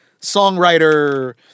songwriter